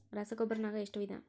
ರಸಗೊಬ್ಬರ ನಾಗ್ ಎಷ್ಟು ವಿಧ?